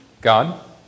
God